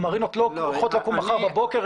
המרינות לא אמורות לקום מחר בבוקר.